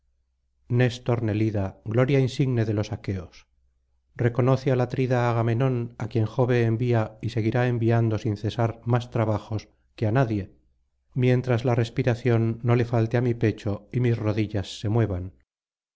néstor nelida gloria insigne de los aqueosl reconoce al atrida agamenón á quien jove envía y seguirá enviando sin cesar más trabajos que á nadie mientras la respiración no le falte á mi pecho y mis rodillas se muevan